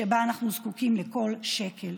שבה אנחנו זקוקים לכל שקל.